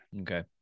okay